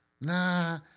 Nah